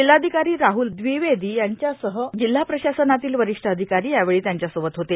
जिल्हाधिकारी राहुल द्विवेदी यांच्यासह जिल्हा प्रशासनातील वरिष्ठ अधिकारी यावेळी त्यांच्यासोबत होते